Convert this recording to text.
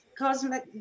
cosmic